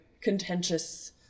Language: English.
contentious